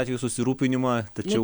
atveju susirūpinimą tačiau